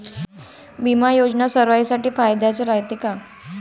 बिमा योजना सर्वाईसाठी फायद्याचं रायते का?